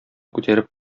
күтәреп